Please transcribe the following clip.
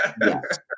Yes